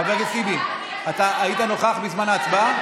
חבר הכנסת טיבי, אתה היית נוכח בזמן ההצבעה?